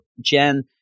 Jen